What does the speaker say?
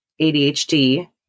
ADHD